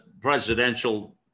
presidential